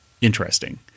interesting